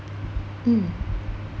mm